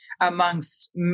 amongst